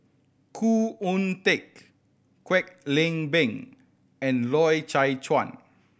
Khoo Oon Teik Kwek Leng Beng and Loy Chye Chuan